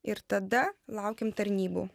ir tada laukiam tarnybų